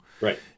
right